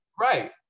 Right